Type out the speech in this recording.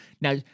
Now